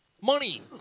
money